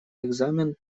экзамен